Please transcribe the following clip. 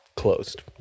Closed